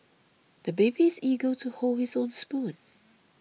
the baby is eager to hold his own spoon